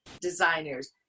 designers